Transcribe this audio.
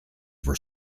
were